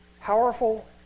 powerful